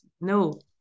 No